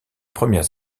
premières